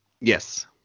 Yes